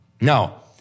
Now